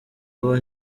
aba